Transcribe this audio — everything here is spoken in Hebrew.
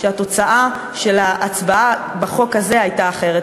שהתוצאה של ההצבעה בחוק הזה הייתה אחרת,